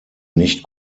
nicht